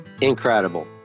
Incredible